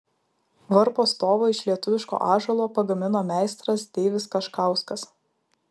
varpo stovą iš lietuviško ąžuolo pagamino meistras deivis kaškauskas